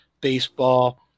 baseball